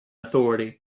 authority